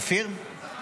אופיר?